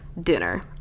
dinner